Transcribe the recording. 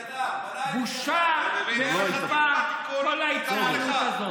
בושה וחרפה, כל ההתנהלות הזאת.